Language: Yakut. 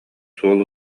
суол